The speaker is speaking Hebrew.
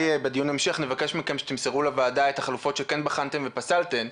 בדיון המשך נבקש מכם שתמסרו לוועדה את החלופות שכן בחנתם ופסלתם,